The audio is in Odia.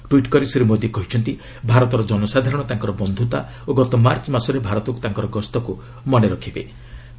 ଟ୍ୱିଟ୍ କରି ଶ୍ରୀ ମୋଦି କହିଛନ୍ତି ଭାରତର ଜନସାଧାରଣ ତାଙ୍କର ବନ୍ଧୁତା ଓ ଗତ ମାର୍ଚ୍ଚ ମାସରେ ଭାରତକୁ ତାଙ୍କର ଗସ୍ତକୁ ମନେ ରଖିଛନ୍ତି